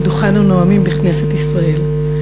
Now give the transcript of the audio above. על דוכן הנואמים בכנסת ישראל.